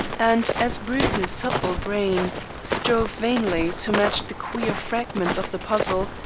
and as bruce's subtle brain strove vainly to match the queer fragments of the puzzle,